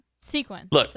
sequence